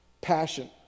Passion